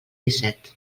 disset